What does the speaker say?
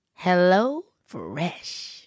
HelloFresh